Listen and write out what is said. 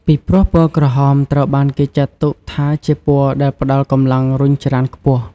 ពីព្រោះពណ៌ក្រហមត្រូវបានគេចាត់ទុកថាជាពណ៌ដែលផ្តល់កម្លាំងរុញច្រានខ្ពស់។